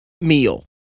meal